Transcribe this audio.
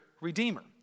redeemer